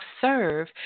serve